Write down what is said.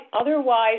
otherwise